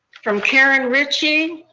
from karen richie.